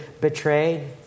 betrayed